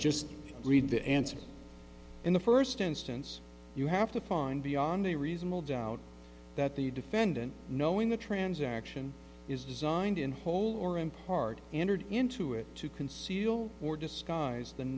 just read the answer in the first instance you have to find beyond a reasonable doubt that the defendant knowing the transaction is designed in whole or in part entered into it to conceal or discuss th